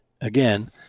again